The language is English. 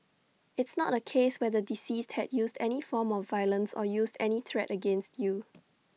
it's not A case where the deceased had used any form of violence or used any threat against you